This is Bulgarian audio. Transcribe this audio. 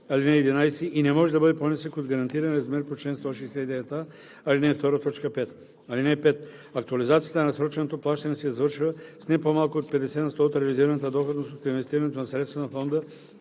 ал. 11 и не може да бъде по-нисък от гарантирания размер по чл. 169а, ал. 2, т. 5. (5) Актуализацията на разсроченото плащане се извършва с не по-малко от 50 на сто от реализираната доходност от инвестирането на средствата на фонда